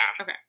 Okay